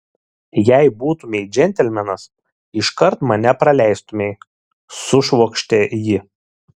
jei būtumei džentelmenas iškart mane praleistumei sušvokštė ji